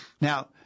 Now